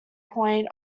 point